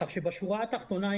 בשורה התחתונה,